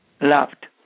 Loved